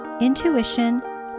intuition